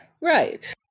Right